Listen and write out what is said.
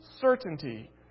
certainty